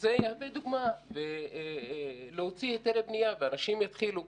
וזה יהווה דוגמה להוציא היתרי בנייה ואנשים יתחילו.